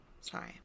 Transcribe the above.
sorry